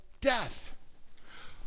death